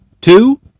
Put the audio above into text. Two